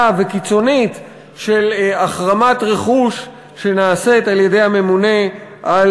וקיצונית של החרמת רכוש שנעשית על-ידי הממונה על